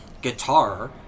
guitar